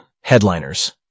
Headliners